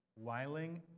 Wiling